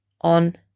on